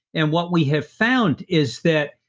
and what we have found is that,